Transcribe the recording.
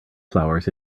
flowers